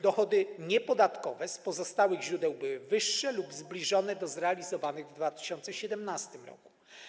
Dochody niepodatkowe z pozostałych źródeł były wyższe lub zbliżone do zrealizowanych w 2017 r.